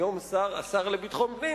היום השר לביטחון פנים,